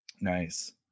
Nice